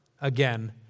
again